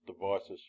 devices